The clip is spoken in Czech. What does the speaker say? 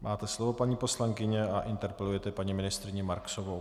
Máte slovo, paní poslankyně, a interpelujete paní ministryni Marksovou.